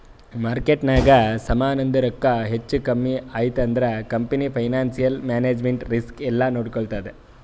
ಮಾರ್ಕೆಟ್ನಾಗ್ ಸಮಾಂದು ರೊಕ್ಕಾ ಹೆಚ್ಚಾ ಕಮ್ಮಿ ಐಯ್ತ ಅಂದುರ್ ಕಂಪನಿ ಫೈನಾನ್ಸಿಯಲ್ ಮ್ಯಾನೇಜ್ಮೆಂಟ್ ರಿಸ್ಕ್ ಎಲ್ಲಾ ನೋಡ್ಕೋತ್ತುದ್